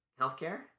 healthcare